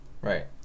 Right